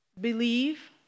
believe